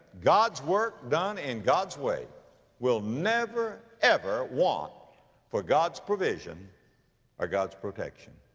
god's work done in god's way will never ever want for god's provision or god's protection.